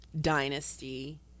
Dynasty